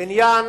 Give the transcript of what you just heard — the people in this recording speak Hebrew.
בניין